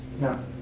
No